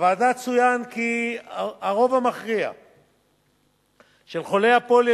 בוועדה צוין כי הרוב המכריע של חולי הפוליו